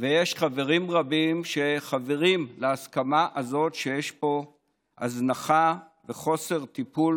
ויש חברים רבים ששותפים להסכמה הזאת שיש פה הזנחה וחסר טיפול